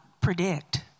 predict